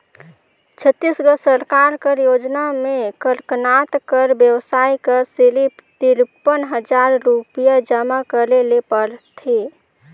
छत्तीसगढ़ सरकार कर योजना में कड़कनाथ कर बेवसाय बर सिरिफ तिरपन हजार रुपिया जमा करे ले परथे